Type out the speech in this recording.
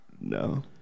No